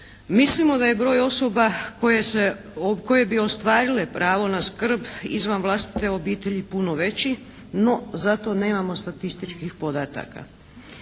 Mislimo da je broj osoba koje bi ostvarile pravo na skrb izvan vlastite obitelji puno veći no, za to nemamo statističkih podataka.